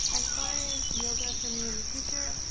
as far as yoga for me in the future,